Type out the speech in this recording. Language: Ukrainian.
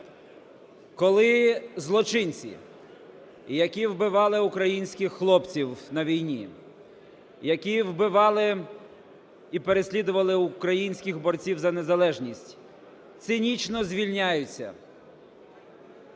коли злочинці, які вбивали українських хлопців на війні, які вбивали і переслідували українських борців за незалежність, цинічно звільняються,